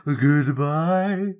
Goodbye